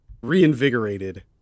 reinvigorated